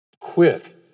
Quit